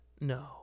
No